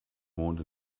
mond